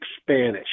Spanish